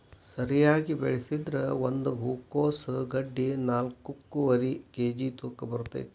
ಸರಿಯಾಗಿ ಬೆಳಸಿದ್ರ ಒಂದ ಹೂಕೋಸ್ ಗಡ್ಡಿ ನಾಕ್ನಾಕ್ಕುವರಿ ಕೇಜಿ ತೂಕ ಬರ್ತೈತಿ